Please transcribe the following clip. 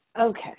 Okay